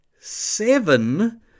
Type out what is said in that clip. seven